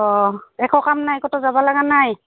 অঁ একো কাম নাই ক'ত যাব লগা নাই